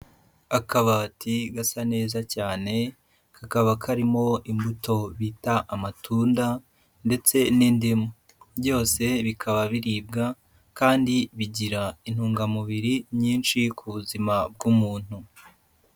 Akabati gasa neza cyane kakaba karimo imbuto bita amatunda ndetse n'indimu byose bikaba biribwa kandi bigira intungamubiri nyinshi ku buzima bw'umuntu.